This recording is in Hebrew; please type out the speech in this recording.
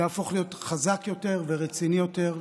יהפוך להיות חזק יותר ורציני יותר.